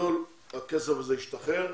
הכסף הזה ישתחרר,